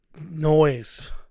Noise